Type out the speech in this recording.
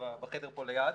בחדר פה ליד,